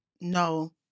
No